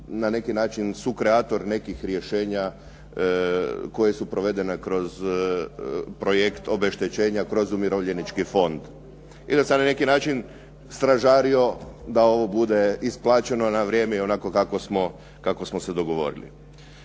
na neki način sukreator nekih rješenja koje su provedene kroz projekt obeštećenja, kroz Umirovljenički fond. I da sam na neki način stražario da ovo bude isplaćeno na vrijeme i onako kako smo se dogovorili.